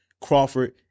Crawford